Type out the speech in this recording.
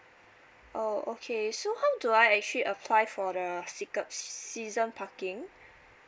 oh okay so how do I actually apply for the secret season parking